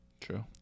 True